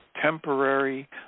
temporary